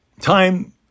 time